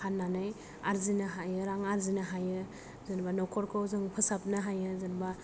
फाननानै आरजिनो हायो रां आरजिनो हायो जेनेबा नखरखौ जों फोसाबनो हायो जेनेबा